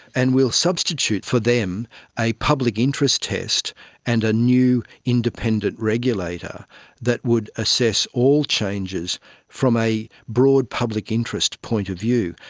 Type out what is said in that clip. and we will substitute for them a public interest test and a new independent regulator that would assess all changes from a broad public interest point of view.